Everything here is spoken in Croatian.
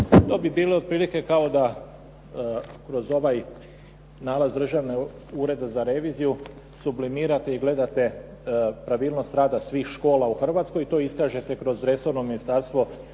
To bi bilo otprilike kao da kroz ovaj nalaz Državnog ureda za reviziju sublimirate i gledate pravilnost rada svih škola u Hrvatsku i to iskažete kroz resorno Ministarstvo